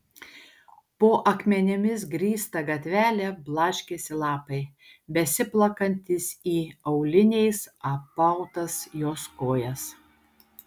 po akmenimis grįstą gatvelę blaškėsi lapai besiplakantys į auliniais apautas jos kojas